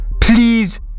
please